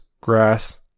grass